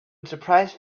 surprise